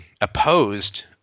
opposed